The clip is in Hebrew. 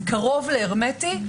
זה קרוב להרמטי,